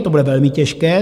To bude velmi těžké.